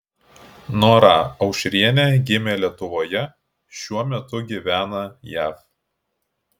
nora aušrienė gimė lietuvoje šiuo metu gyvena jav